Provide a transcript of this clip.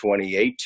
2018